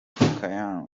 kaymu